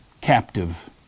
captive